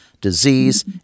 disease